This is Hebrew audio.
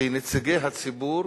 כנציגי הציבור,